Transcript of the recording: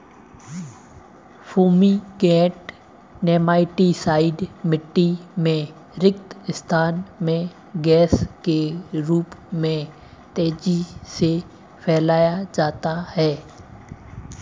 fumigant nematicide मिटटी में रिक्त स्थान में गैस के रूप में तेजी से फैलाया जाता है